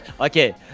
Okay